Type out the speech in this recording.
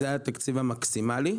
זה היה התקציב המקסימלי.